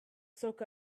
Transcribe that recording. soak